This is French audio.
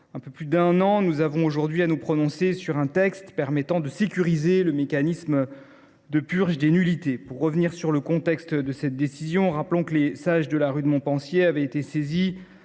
un peu plus d’un an, nous avons aujourd’hui à nous prononcer sur un texte permettant de sécuriser le mécanisme de purge des nullités. Pour revenir sur le contexte de cette décision, rappelons que les sages de la rue de Montpensier avaient été saisis